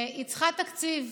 היא צריכה תקציב.